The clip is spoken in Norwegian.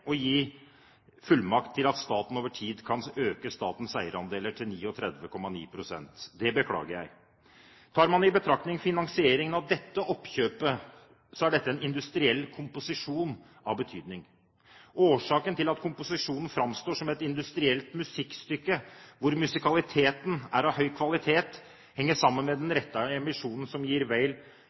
å gi fullmakt til at staten over tid kan øke statens eierandeler til 39,9 pst. Det beklager jeg. Tar man i betraktning finansieringen av dette oppkjøpet, er det en industriell komposisjon av betydning. Årsaken til at komposisjonen framstår som et industrielt musikkstykke, hvor musikaliteten er av høy kvalitet, henger sammen med den rettede emisjonen som gir